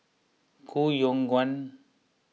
Koh Yong Guan